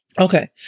Okay